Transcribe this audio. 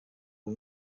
but